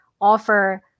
offer